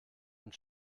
und